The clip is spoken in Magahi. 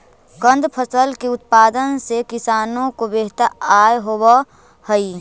कंद फसल के उत्पादन से किसानों को बेहतर आय होवअ हई